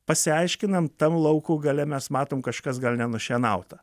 pasiaiškinam tam lauko gale mes matom kažkas gal nenušienauta